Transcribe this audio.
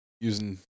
using